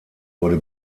wurde